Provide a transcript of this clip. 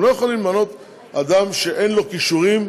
הם לא יכולים למנות אדם שאין לו כישורים,